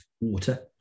water